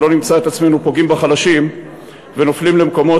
ולא נמצא את עצמנו פוגעים בחלשים ונופלים למקומות